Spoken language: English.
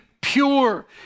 pure